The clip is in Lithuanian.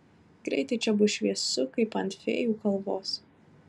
greitai čia bus šviesu kaip ant fėjų kalvos